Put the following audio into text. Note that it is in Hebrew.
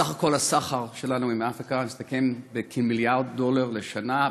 בסך הכול הסחר שלנו עם אפריקה מסתכם בכמיליארד דולר בשנה,